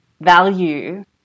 value